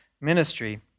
ministry